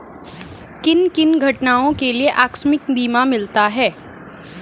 किन किन घटनाओं के लिए आकस्मिक बीमा मिलता है?